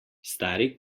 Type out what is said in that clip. stari